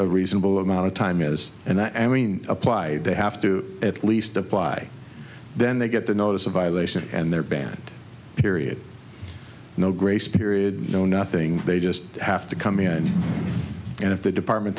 a reasonable amount of time is and i mean apply they have to at least apply then they get the notice of violation and they're banned period no grace period no nothing they just have to come in and if the department